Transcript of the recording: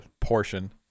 portion